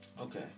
Okay